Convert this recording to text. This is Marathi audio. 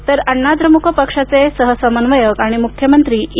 तर अण्णा द्रमुक पक्षाचे सहसमन्वयक आणि मुख्यमंत्री ई